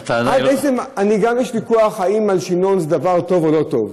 יש ויכוח אם מלשינון זה דבר טוב או לא טוב.